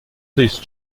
please